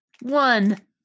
One